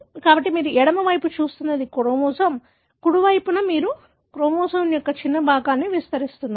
కాబట్టి మీరు ఎడమ వైపు చూస్తున్నది క్రోమోజోమ్ కుడి మరియు మీరు మీరు క్రోమోజోమ్ యొక్క చిన్న భాగాన్ని విస్తరిస్తున్నారు